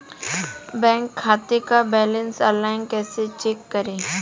Bank खाते का balance online कैसे चेक करें?